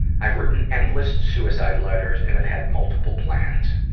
i've written endless suicide letters and have had multiple plans.